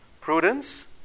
Prudence